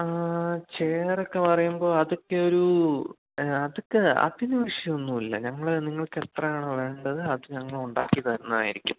ചെയറൊക്കെ പറയുമ്പോൾ അതൊക്കെ ഒരു അതൊക്കെ അതിന് വിഷയമൊന്നുമില്ല ഞങ്ങൾ നിങ്ങൾക്കെത്രയാണോ വേണ്ടത് അത് ഞങ്ങളുണ്ടാക്കി തരുന്നതായിരിക്കും